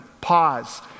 Pause